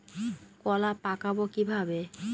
কলা পাকাবো কিভাবে?